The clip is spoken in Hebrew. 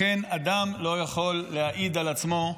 לכן אדם לא יכול להעיד על עצמו,